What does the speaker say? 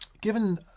given